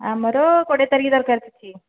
ଆମର କୋଡ଼ିଏ ତାରିଖ ଦରକାର ଅଛି